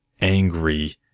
angry